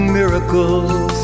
miracles